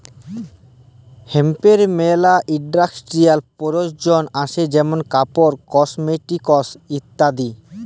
হেম্পের মেলা ইন্ডাস্ট্রিয়াল প্রয়জন আসে যেমন কাপড়, কসমেটিকস ইত্যাদি